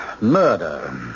murder